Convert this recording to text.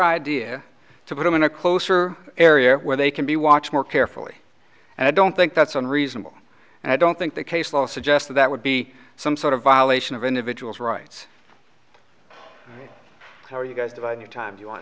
idea to put them in a closer area where they can be watch more carefully and i don't think that's unreasonable and i don't think the case law suggests that would be some sort of violation of individual's rights are you guys divide your time you w